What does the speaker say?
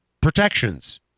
protections